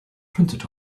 printed